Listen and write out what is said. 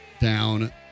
down